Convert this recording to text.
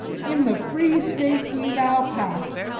in the free state we now pass,